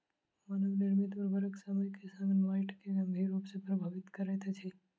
मानव निर्मित उर्वरक समय के संग माइट के गंभीर रूप सॅ प्रभावित करैत अछि